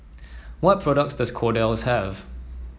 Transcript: what products does Kordel's have